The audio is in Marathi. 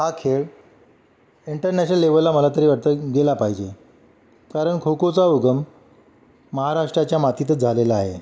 हा खेळ इंटरनॅशनल लेवलला मला तरी वाटतं गेला पाहिजे कारण खोखोचा उगम महाराष्ट्राच्या मातीतच झालेला आहे